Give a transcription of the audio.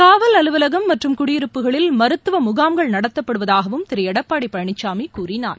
காவல் அலுவலகம் மற்றும் குடியிருப்புகளில் மருத்துவ முகாம்கள் நடத்தப்படுவதாகவும் திரு எடப்பாடி பழனிசாமி கூறினார்